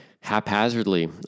haphazardly